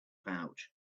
pouch